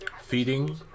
Feeding